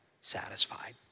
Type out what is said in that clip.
satisfied